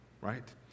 right